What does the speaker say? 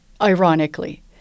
ironically